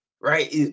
right